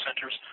centers